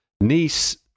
Nice